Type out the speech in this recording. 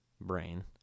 brain